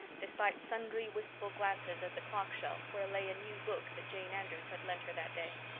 despite sundry wistful glances at the clock shelf, where lay a new book that jane andrews had lent her that day.